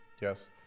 Yes